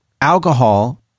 Alcohol